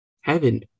Heaven